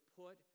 put